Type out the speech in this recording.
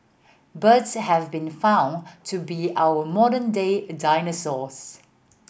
birds has been found to be our modern day dinosaurs